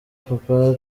papa